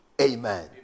Amen